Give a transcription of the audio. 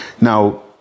Now